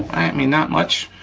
i mean not much,